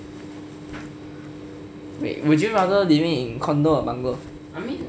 wait would you rather living in condo or bungalow